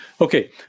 Okay